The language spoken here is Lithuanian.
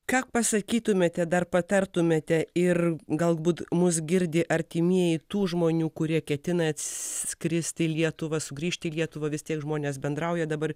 ką pasakytumėte dar patartumėte ir galbūt mus girdi artimieji tų žmonių kurie ketina atskristi į lietuvą sugrįžti į lietuvą vis tiek žmonės bendrauja dabar